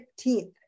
15th